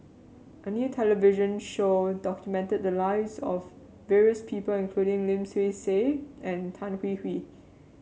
a new television show documented the lives of various people including Lim Swee Say and Tan Hwee Hwee